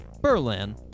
Berlin